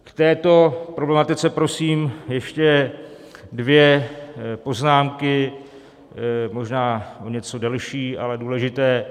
K této problematice prosím ještě dvě poznámky, možná o něco delší, ale důležité.